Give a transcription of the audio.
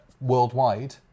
worldwide